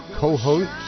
co-host